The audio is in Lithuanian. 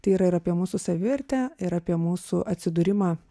tai yra ir apie mūsų savivertę ir apie mūsų atsidūrimą